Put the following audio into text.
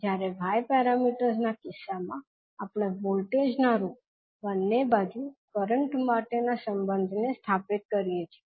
જ્યારે y parameters ના કિસ્સામાં આપણે વોલ્ટેજના રૂપમાં બંને બાજુ કરંટ માટેના સંબંધ ને સ્થાપિત કરીએ છીએ